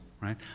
right